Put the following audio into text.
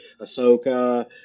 Ahsoka